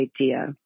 idea